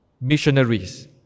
missionaries